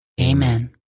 Amen